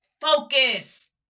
Focus